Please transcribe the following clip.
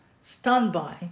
standby